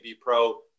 Pro